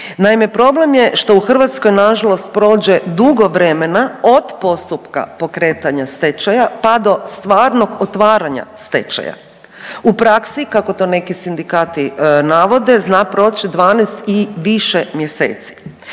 Naime, problem je što u Hrvatskoj nažalost prođe dugo vremena od postupka pokretanja stečaja pa do stvarnog otvaranja stečaja. U praksi kako to neki sindikati navode zna proć 12 i više mjeseci